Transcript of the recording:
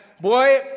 boy